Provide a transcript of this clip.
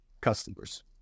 customers